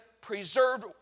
preserved